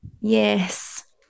yes